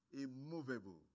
immovable